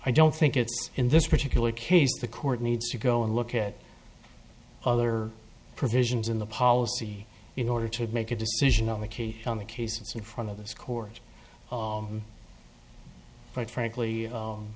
i don't think it's in this particular case the court needs to go and look at it other provisions in the policy in order to make a decision on the case on the case and front of this court but frankly